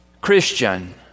Christian